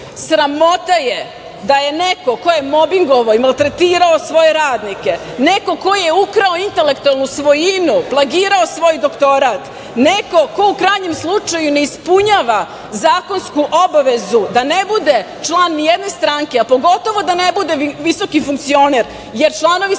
Sramota je da je neko ko je mobingovao i maltretirao svoje radnike, neko ko je ukrao intelektualnu svojinu, plagirao svoj doktorat, ne ko u krajnjem slučaju ne ispunjava zakonsku obavezu da ne bude član nijedne stranke, a pogotovo da ne bude visoki funkcioner, jer članovi stranaka